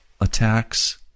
attacks